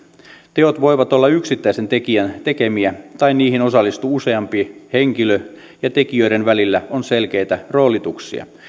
teot voivat olla yksittäisen tekijän tekemiä tai niihin osallistuu useampi henkilö ja tekijöiden välillä on selkeitä roolituksia